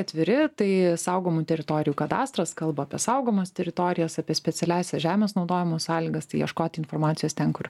atviri tai saugomų teritorijų kadastras kalba apie saugomas teritorijas apie specialiąsias žemės naudojimo sąlygas tai ieškoti informacijos ten kur